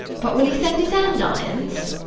but will he send his andirons?